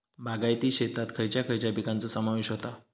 बागायती शेतात खयच्या खयच्या पिकांचो समावेश होता?